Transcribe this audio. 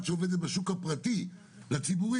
שעובדת בשוק הפרטי לבין אחת שעובדת בציבורי,